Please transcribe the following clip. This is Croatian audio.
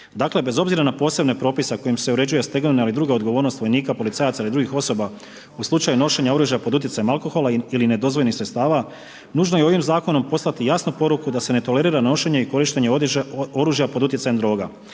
dakle, bez obzira na posebne propise kojim se uređuje stegovna ili druga odgovornost vojnika, policajaca ili drugih osoba u slučaju nošenja oružja pod utjecajem alkohola ili nedozvoljenih sredstava nužno je ovim zakonom poslati jasnu poruku da se ne tolerira nošenje i korištenje oružja pod utjecajem droga,